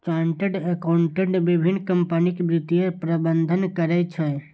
chartered accountant विभिन्न कंपनीक वित्तीय प्रबंधन करै छै